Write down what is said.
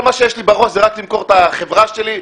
כל מה שיש לי בראש זה רק למכור את החברה שלי,